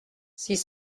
six